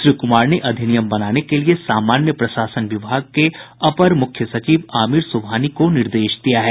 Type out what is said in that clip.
श्री कुमार ने अधिनियम बनाने के लिए सामान्य प्रशासन विभाग के अपर मुख्य सचिव आमिर सुबहानी को निर्देश दिया है